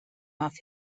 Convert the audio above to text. off